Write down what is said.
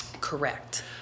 Correct